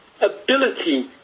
ability